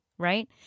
Right